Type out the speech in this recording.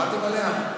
שמעתם עליה?